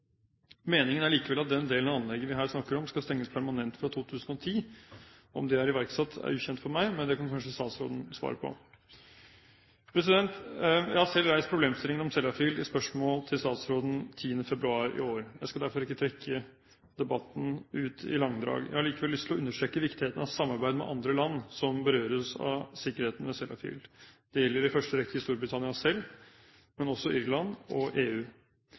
Meningen er likevel at den delen av anlegget vi her snakker om, skal stenges permanent fra 2010. Om det er iverksatt, er ukjent for meg, men det kan kanskje statsråden svare på. Jeg har selv reist problemstillingen om Sellafield i spørsmål til statsråden 10. februar i år. Jeg skal derfor ikke trekke debatten ut i langdrag. Jeg har likevel lyst til å understreke viktigheten av samarbeid med andre land som berøres av sikkerheten ved Sellafield. Det gjelder i første rekke Storbritannia selv, men også Irland og EU.